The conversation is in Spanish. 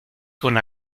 con